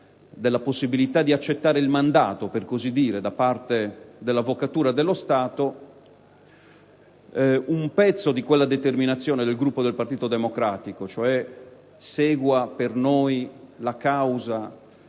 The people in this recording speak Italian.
sulla possibilità di accettare il mandato, per così dire, da parte dell'Avvocatura dello Stato, un pezzo di quella determinazione del Gruppo del Partito Democratico - quello per il quale la causa